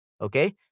okay